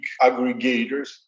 aggregators